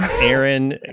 Aaron